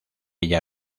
ella